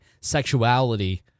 sexuality